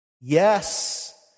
Yes